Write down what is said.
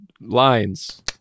lines